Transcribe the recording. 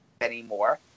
anymore